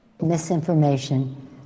misinformation